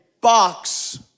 box